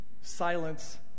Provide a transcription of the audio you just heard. silence